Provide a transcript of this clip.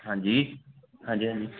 ਹਾਂਜੀ ਹਾਂਜੀ ਹਾਂਜੀ